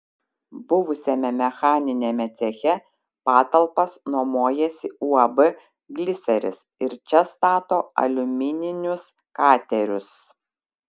buvusiame mechaniniame ceche patalpas nuomojasi uab gliseris ir čia stato aliumininius katerius